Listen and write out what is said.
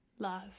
Love